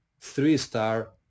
three-star